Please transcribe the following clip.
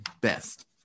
best